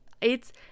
It's-